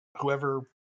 whoever